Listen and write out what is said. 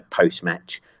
post-match